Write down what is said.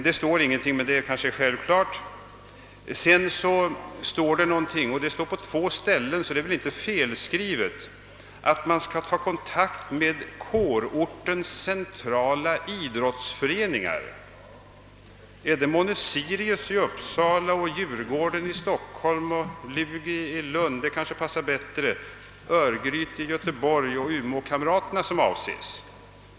Det står ingenting därom, men det kanske anses vara självklart. Sedan heter det på två ställen, varför det väl inte är fråga om någon felskrivning, att man skall ta kontakt med kårortens, centrala idrottsföreningar. Är det månne Sirius i Uppsala, Djurgården i Stockholm, Lugi i Lund — det kanske passar bättre —, Örgryte i Göteborg och Umeå-Kamraterna som avses?